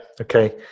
Okay